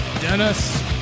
Dennis